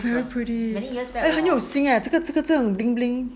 very pretty eh 很有心啊这个这个这种 bling bling